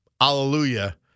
Hallelujah